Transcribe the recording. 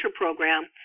program